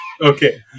Okay